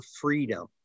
freedom